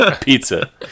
pizza